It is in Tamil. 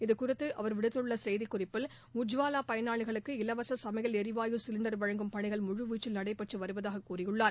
இதுகுறித்து அவர் விடுத்துள்ள செய்திக்குறிப்பில் உஜ்வாவா பயனாளிகளுக்கு இலவச சமையல் ளரிவாயு சிலிண்டர் வழங்கும் பணிகள் முழுவீச்சில் நடைபெற்று வருவதாக கூறியுள்ளார்